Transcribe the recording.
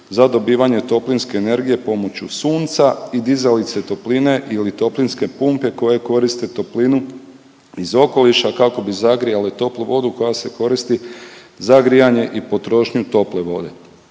za dobivanje toplinske energije pomoću sunca i dizalice topline ili toplinske pumpe koje koriste toplinu iz okoliša kako bi zagrijale toplu vodu koja se koriti za grijanje i potrošnju tople vode.